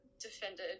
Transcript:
defended